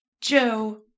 Joe